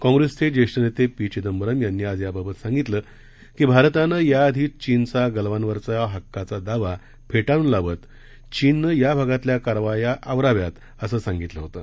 काँग्रेसचे ज्येष्ठ नेते पी चिदंबरम यांनी आज याबाबत सांगितलं की भारतानं याआधीच चीनचा गलवानवरच्या हक्काचा दावा फेटाळून लावत चीननं या भागातल्या कारवाया आवराव्यात असं सांगितलं होतं